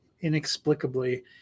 inexplicably